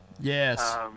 Yes